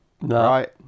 right